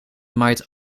maait